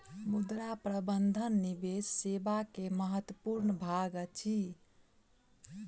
मुद्रा प्रबंधन निवेश सेवा के महत्वपूर्ण भाग अछि